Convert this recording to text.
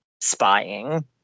spying